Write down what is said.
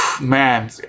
Man